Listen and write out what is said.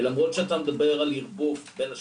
ולמרות שאתה מדבר על ערבוב בין השניים,